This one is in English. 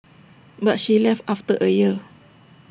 but she left after A year